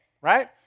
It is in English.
right